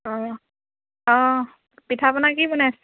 অঁ অঁ পিঠা পনা কি বনাইছে